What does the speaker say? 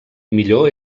millor